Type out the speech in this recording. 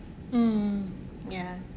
mm ya